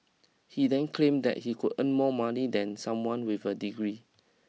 he then claim that he could earn more money than someone with a degree